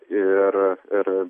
ir ir